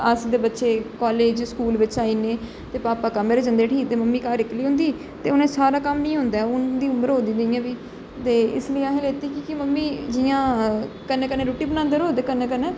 अस ते बच्चे काॅलेज स्कूल बिच आई जन्ने ते पापा कम्म उप्पर जंदे उठी घर मम्मी इक्कली होंदी उनें घर सारा कम्म नेईं होंदा ऐ हून हुंदी उमर होआ दी ते इस लेई असें लेती ही कि मम्मी जियां कन्नै कन्नै रोटी बनांदे रौह्ग ते कन्नै कन्नै